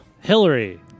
Hillary